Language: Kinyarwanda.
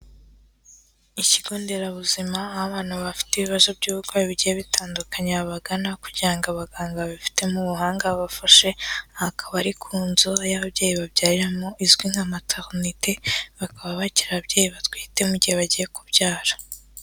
Ikigo nderabuzima aho abantu bafite ibibazo by'uburwayi bugiye bitandukanye babagana, kugira ngo abaganga babifitemo ubuhanga bafashe, aha akaba ari ku nzu y'ababyeyi babyariramo izwi nka materinite bakaba bakiri ababyeyi batwite mu gihe bagiye kubyara.